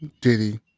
Diddy